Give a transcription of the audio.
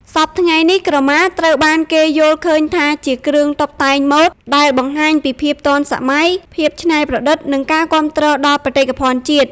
សព្វថ្ងៃនេះ ក្រមាត្រូវបានគេយល់ឃើញថាជាគ្រឿងតុបតែងម៉ូដដែលបង្ហាញពីភាពទាន់សម័យ ភាពច្នៃប្រឌិត និងការគាំទ្រដល់បេតិកភណ្ឌជាតិ ។